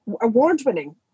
award-winning